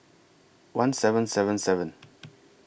one seven seven seven